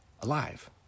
alive